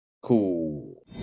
Cool